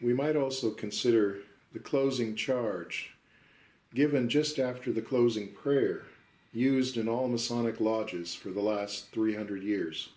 we might also consider the closing charge given just after the closing prayer used in all masonic lodges for the last three hundred years